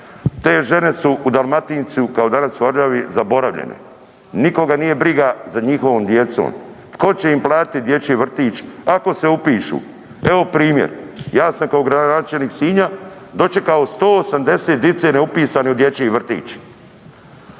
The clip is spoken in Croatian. Te žene su u Dalmatinci, kao danas u Orljavi, zaboravljene. Nikoga nije briga za njihovom djecom. Tko će im platiti dječji vrtić, ako se upišu? Evo primjer, ja sam kao gradonačelnik Sinja dočekao 180 dice neupisane u dječji vrtić.